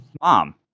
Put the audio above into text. mom